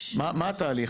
מה התהליך?